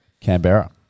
Canberra